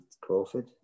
Crawford